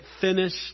finished